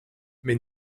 mais